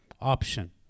option